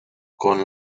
con